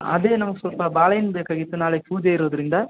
ಅದೇ ನಮಗೆ ಸ್ವಲ್ಪ ಬಾಳೆಹಣ್ಣು ಬೇಕಾಗಿತ್ತು ನಾಳೆ ಪೂಜೆ ಇರೋದರಿಂದ